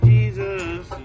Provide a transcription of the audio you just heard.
Jesus